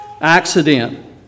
accident